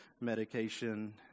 medication